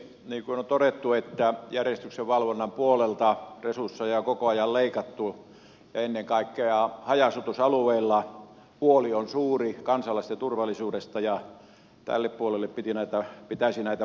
niin kuin on todettu järjestyksenvalvonnan puolelta resursseja on koko ajan leikattu ja ennen kaikkea haja asutusalueilla huoli on suuri kansalaisten turvallisuudesta ja tälle puolelle pitäisi näitä painotuksia laittaa